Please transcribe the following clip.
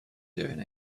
doing